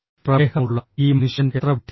പ്രമേഹമുള്ള ഈ മനുഷ്യൻ എത്ര വിഡ്ഢിയാണ്